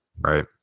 right